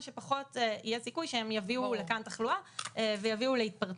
שפחות יהיה סיכוי שהם יביאו לכאן תחלואה ויביאו להתפרצות.